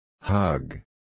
Hug